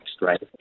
right